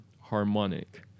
harmonic